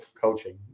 coaching